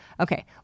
Okay